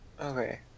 Okay